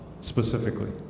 specifically